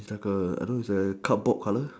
it like a cupboard colour